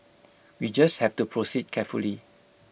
we just have to proceed carefully